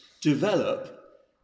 develop